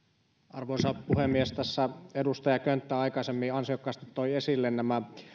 arvoisa puhemies kun tässä edustaja könttä aikaisemmin jo ansiokkaasti toi esille nämä